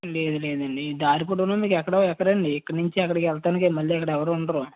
లేదు లేదండి దారి పొడవున మీకు ఎక్కడో ఎక్కరు అండి ఇక్కడ నుంచి అక్కడికి వెళ్ళడానికి మళ్ళీ అక్కడ ఎవరు ఉండరు